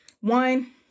One